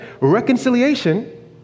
reconciliation